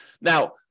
Now